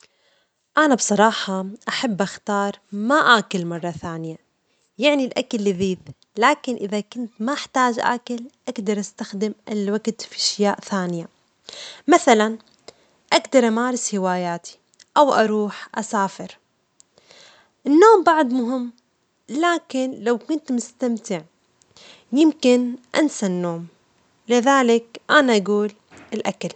أنا بصراحة أحب اختار ما آكل مرة ثانية، يعني الأكل لذيذ، لكن إذا كنت ما أحتاج أكل، أجدر أستخدم الوجت في أشياء ثانية، مثلاً، أجدر أمارس هواياتي أو أروح أسافر، النوم بعد مهم، لكن لو كنت مستمتع، يمكن أنسى النوم، لذلك، أنا أجول الأكل.